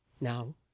Now